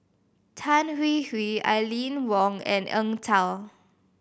Tan Hwee Hwee Aline Wong and Eng Tow